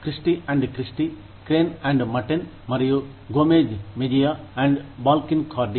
క్రిస్టి Christie Crane Matten మరియు Gomez Mejia Balkin Cardy